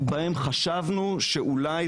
במקביל החולט שעד שהחוק הזה יהפוך להיות קבוע,